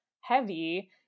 heavy